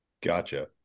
Gotcha